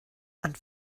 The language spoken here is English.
and